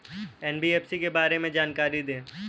NBFC के बारे में जानकारी दें?